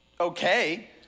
okay